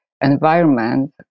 environment